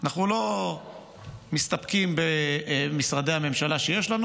אנחנו לא מסתפקים במשרדי הממשלה שיש לנו,